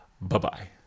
Bye-bye